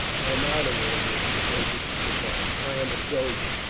i am out of all this, grunted skippon. i am a soldier.